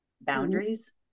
boundaries